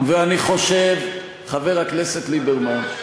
ואני חושב, חבר הכנסת ליברמן,